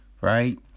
right